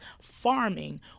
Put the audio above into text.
farming